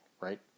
right